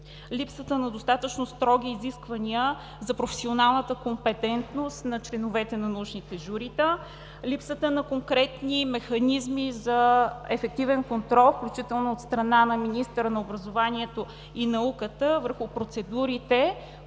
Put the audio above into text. липсата на достатъчно строги изисквания за професионалната компетентност на членовете на научните журита; липсата на конкретни механизми за ефективен контрол, включително от страна на министъра на образованието и науката, върху процедурите